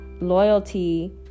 loyalty